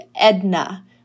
Edna